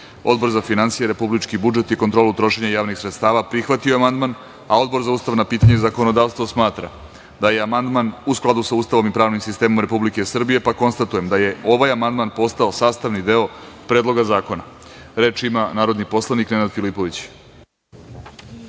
za finansije, republički budžet i kontrolu trošenja javnih sredstava prihvatio je amandman, a Odbor za ustavna pitanja i zakonodavstvo smatra da je amandman u skladu sa Ustavom i pravnim sistemom Republike Srbije. Konstatujem da je ovaj amandman postao sastavni deo Predloga zakona. Reč ima narodni poslanik Nenad Filipović.